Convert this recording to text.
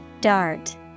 Dart